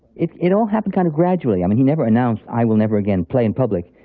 it it all happened kind of gradually. i mean he never announced, i will never again play in public.